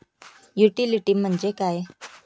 Utility म्हणजे काय?